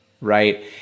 Right